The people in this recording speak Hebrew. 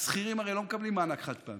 השכירים הרי לא מקבלים מענק חד-פעמי.